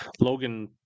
Logan